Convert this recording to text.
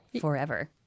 Forever